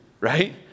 right